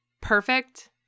perfect